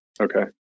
Okay